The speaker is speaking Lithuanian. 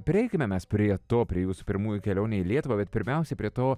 prieikime mes prie to prie jūsų pirmųjų kelionių į lietuvą bet pirmiausia prie to